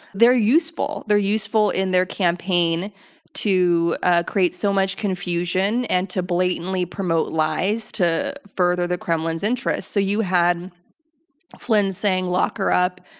they're useful. they're useful in their campaign to ah create so much confusion, and to blatantly promote lies to further the kremlin's interests. so, you had flynn saying lock her up,